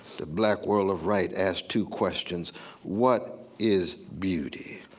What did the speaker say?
the black world of right asks two questions what is beauty?